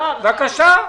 בבקשה.